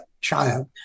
child